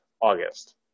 August